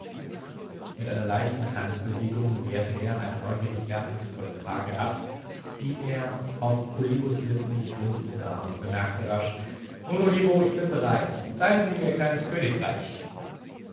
mit einer leichten handbewegung wehrte er eine neugierig ehrfurchtsvolle frage ab die er auf olivos lippen sich runden sah und bemerkte rasch nun olivo ich bin bereit zeigen sie mir ihr kleines königreich